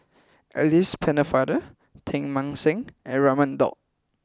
Alice Pennefather Teng Mah Seng and Raman Daud